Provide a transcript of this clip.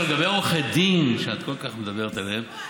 עכשיו, לגבי עורכי הדין, שאת כל כך מדברת עליהם,